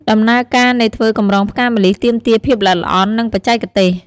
ដំណើរការនៃធ្វើកម្រងផ្កាម្លិះទាមទារភាពល្អិតល្អន់ និងបច្ចេកទេស។